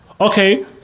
Okay